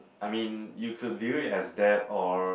I mean you could view it as that or